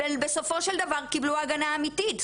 ובסופו של דבר קיבלו הגנה אמיתית.